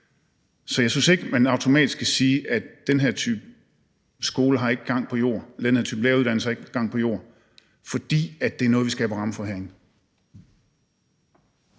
Så jeg synes ikke, at man automatisk kan sige, at den her type skole ikke har nogen gang på jord, eller at den her type læreruddannelse ikke har nogen gang på jord, fordi det er noget, vi skaber rammer for herinde.